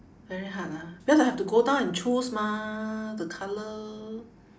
very hard lah because I have to go down and choose mah the colour